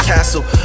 Castle